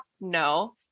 No